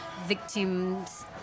victims